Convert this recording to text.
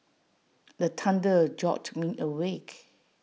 the thunder jolt me awake